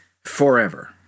forever